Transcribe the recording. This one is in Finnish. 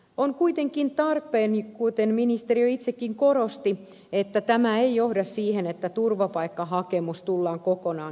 on kuitenkin tarpeen kuten ministeri itsekin korosti että tämä ei johda siihen että turvapaikkahakemus tullaan kokonaan hylkäämään